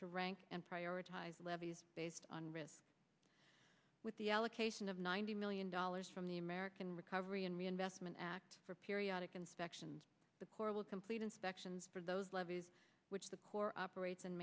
to rank and prioritize levees based on risk with the allocation of ninety million dollars from the american recovery and reinvestment act for periodic inspections the corps will complete inspections for those levees which the corps operates and